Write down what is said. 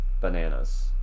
bananas